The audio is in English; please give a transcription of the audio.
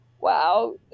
wow